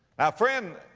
friend,